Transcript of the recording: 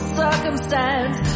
circumstance